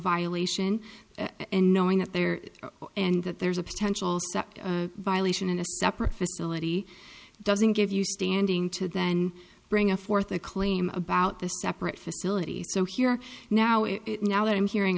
violation and knowing that there and that there is a potential violation in a separate facility doesn't give you standing to then bring a fourth a claim about the separate facilities so here now it now that i'm hearing